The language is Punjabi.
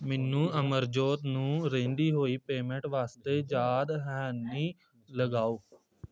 ਮੈਨੂੰ ਅਮਰਜੋਤ ਨੂੰ ਰਹਿੰਦੀ ਹੋਈ ਪੇਮੈਂਟ ਵਾਸਤੇ ਯਾਦ ਦਹਾਨੀ ਲਗਾਓ